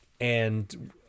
and-